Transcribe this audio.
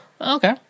Okay